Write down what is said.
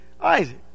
Isaac